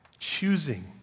Choosing